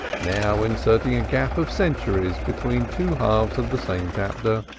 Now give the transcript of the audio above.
now inserting a gap of centuries between two halves of the same chapter,